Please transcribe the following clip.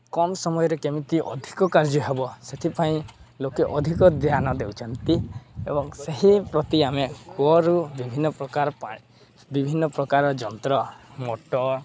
କମ୍ ସମୟରେ କେମିତି ଅଧିକ କାର୍ଯ୍ୟ ହେବ ସେଥିପାଇଁ ଲୋକେ ଅଧିକ ଧ୍ୟାନ ଦେଉଛନ୍ତି ଏବଂ ସେହି ପ୍ରତି ଆମେ କୂଅରୁ ବିଭିନ୍ନପ୍ରକାର ପାଇଁ ବିଭିନ୍ନପ୍ରକାର ଯନ୍ତ୍ର ମଟର୍